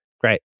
Great